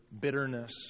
Bitterness